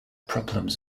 problems